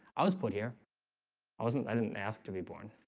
i was put here i wasn't i didn't ask to be born?